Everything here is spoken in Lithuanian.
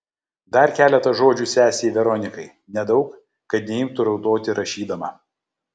dar keletą žodžių sesei veronikai nedaug kad neimtų raudoti rašydama